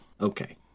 Okay